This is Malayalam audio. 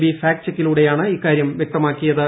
ബി ഫാക്ട് ചെക്കിലൂടെയാണ് ഇക്കാര്യം വ്യക്തമാക്കിയത്